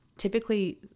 Typically